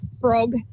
Frog